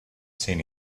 seen